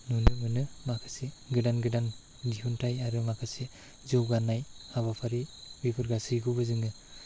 नुनो मोनो माखासे गोदान गोदान दिहुन्थाइ आरो माखासे जौगानाय हाबाफारि बेफोर गासैखौबो जोङो